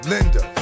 Linda